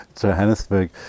Johannesburg